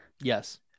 Yes